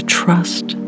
trust